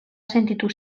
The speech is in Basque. sentitu